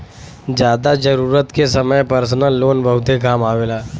जादा जरूरत के समय परसनल लोन बहुते काम आवेला